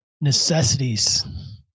necessities